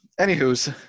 anywho's